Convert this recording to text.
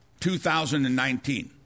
2019